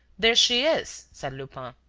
there she is, said lupin.